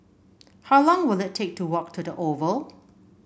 how long will it take to walk to the Oval